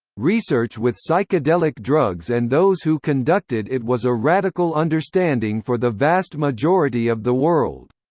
research with psychedelic drugs and those who conducted it was a radical understanding for the vast majority of the world.